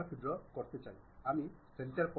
সুতরাংআমি দেখতে পাচ্ছি এটি একটি টেপড সিলিন্ডার